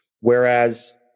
whereas